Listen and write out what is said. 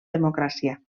democràcia